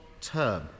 term